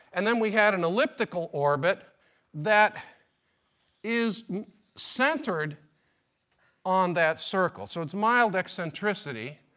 and then we had an elliptical orbit that is centered on that circle. so it's mild eccentricity.